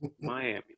Miami